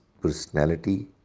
personality